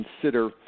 consider